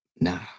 Nah